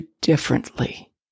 differently